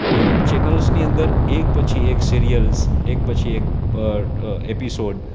એ ચેનલ્સની અંદર એક પછી એક સિરિયલ્સ એક પછી એક એપિસોડ